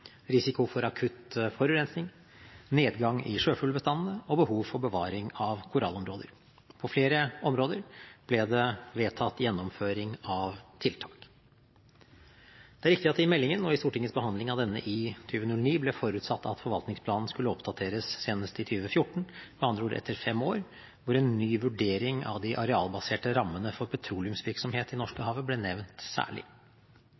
risiko for akutt forurensning, nedgang i sjøfuglbestandene og behov for bevaring av korallområder. På flere områder ble det vedtatt gjennomføring av tiltak. Det er riktig at det i meldingen og i Stortingets behandling av denne i 2009 ble forutsatt at forvaltningsplanen skulle oppdateres senest i 2014, m.a.o. etter fem år, hvor en ny vurdering av de arealbaserte rammene for petroleumsvirksomhet i Norskehavet ble nevnt særlig.